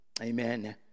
Amen